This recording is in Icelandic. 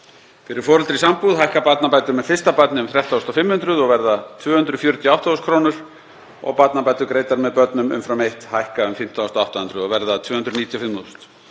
Fyrir foreldra í sambúð hækka barnabætur með fyrsta barni um 13.500 kr. og verða 248.000 kr. og barnabætur greiddar með börnum umfram eitt hækka um 15.800 kr. og verða 295.000 kr.